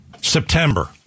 September